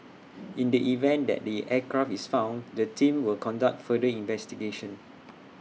in the event that the aircraft is found the team will conduct further investigation